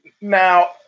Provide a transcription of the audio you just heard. Now